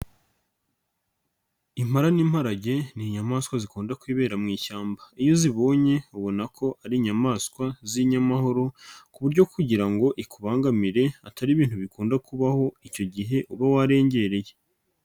Impala n' imparage ni inyamaswa zikunda kwibera mu ishyamba. Iyo uzibonye ubona ko ari inyamaswa z'inyamahoro ku buryo kugira ngo ikubangamire atari ibintu bikunda kubaho, icyo gihe uba warengereye.